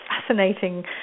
Fascinating